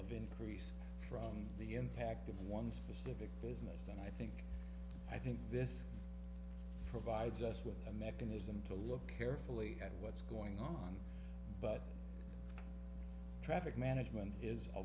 of increase from the impact of one specific business and i think i think this provides us with a mechanism to look carefully at what's going on but traffic management is a